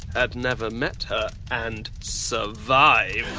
had never met her and survived.